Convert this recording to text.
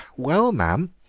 well, ma'am,